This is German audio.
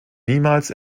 niemals